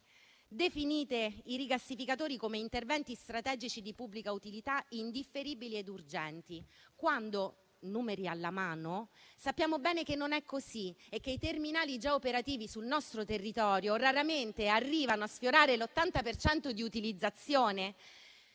Definite i rigassificatori come interventi strategici di pubblica utilità, indifferibili e urgenti. Questo quando, numeri alla mano, sappiamo bene che non è così e che i terminali già operativi sul nostro territorio raramente arrivano a sfiorare l'80 per cento di utilizzazione.